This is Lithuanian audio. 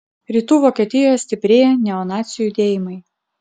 rytų vokietijoje stiprėja neonacių judėjimai